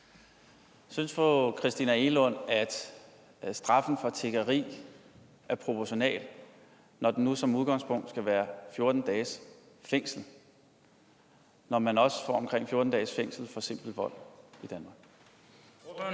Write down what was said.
Egelund, at straffen for tiggeri er proportional, når den nu som udgangspunkt skal være 14 dages fængsel, og når man også får omkring 14 dages fængsel for simpel vold i Danmark?